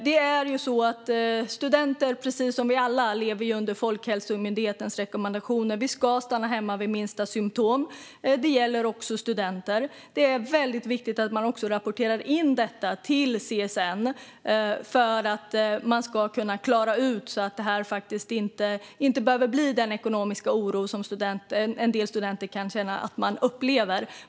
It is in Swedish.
Studenter lever, precis som vi alla, under Folkhälsomyndighetens rekommendationer. Vi ska stanna hemma vid minsta symtom; det gäller också studenter. Det är väldigt viktigt att man rapporterar in detta till CSN så att det kan klaras ut och inte behöver leda till den ekonomiska oro som en del studenter kanske upplever.